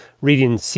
reading